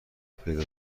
پیدا